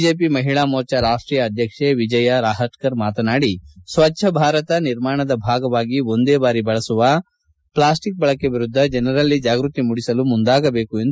BJP Mahila Morcha ರಾಷ್ಟೀಯ ಅಧ್ಯಕ್ಷೆ ವಿಜಯ ರಾಪಟ್ಕರ್ ಮಾತನಾಡಿ ಸ್ವಚ್ಛ ಭಾರತ ನಿರ್ಮಾಣದ ಭಾಗವಾಗಿ ಒಂದೇ ಬಾರಿ ಬಳಸುವ ಪ್ಲಾಸ್ಟಿಕ್ ಬಳಕೆ ವಿರುದ್ಧ ಜನರಲ್ಲಿ ಜಾಗೃತಿ ಮೂಡಿಸಲು ಮುಂದಾಗಬೇಕು ಎಂದು ಕಾರ್ಯಕರ್ತರಲ್ಲಿ ಮನವಿ ಮಾಡಿದರು